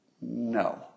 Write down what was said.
No